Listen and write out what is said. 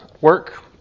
work